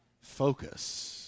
Focus